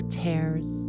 tears